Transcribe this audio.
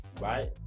right